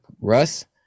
Russ